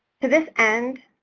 to this end,